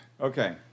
Okay